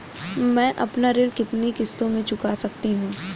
मैं अपना ऋण कितनी किश्तों में चुका सकती हूँ?